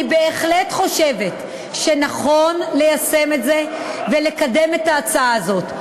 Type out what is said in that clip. אני בהחלט חושבת שנכון ליישם את זה ולקדם את ההצעה הזאת.